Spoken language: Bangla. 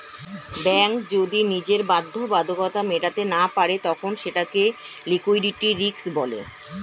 ব্যাঙ্ক যদি নিজের বাধ্যবাধকতা মেটাতে না পারে তখন সেটাকে লিক্যুইডিটি রিস্ক বলে